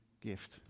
gift